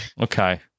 Okay